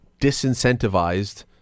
disincentivized